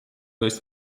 dość